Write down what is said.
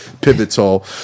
pivotal